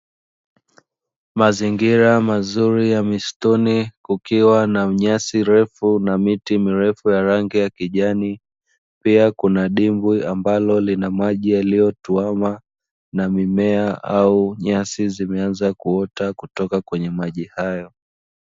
Mazingira mazuri ya msituni kukiwa na nyasi ndefu na miti mirefu ya rangi ya kijani, na pia kuna dimbwi ambalo lina maji yaliyotuama na mimea au nyasi zimeanza kuota kutoka kwenye maji hayo.